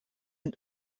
and